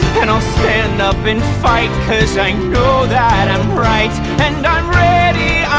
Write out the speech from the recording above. and i'll stand up and fight cause i know that i'm right! and i'm ready,